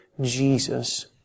Jesus